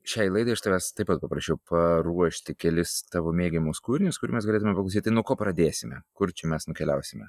šiai laidai aš tavęs taip pat paprašiau paruošti kelis tavo mėgiamus kūrinius kur mes galėtumėm paklausyti tai nuo ko pradėsime kur čia mes nukeliausime